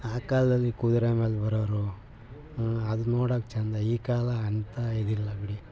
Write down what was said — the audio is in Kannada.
ಆ ಕಾಲದಲ್ಲಿ ಕುದುರೆ ಮೇಲೆ ಬರೋರು ಅದನ್ನ ನೊಡೋಕೆ ಚೆಂದ ಈ ಕಾಲ ಅಂಥ ಇದಿಲ್ಲ ಬಿಡಿ